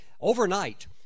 Overnight